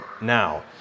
now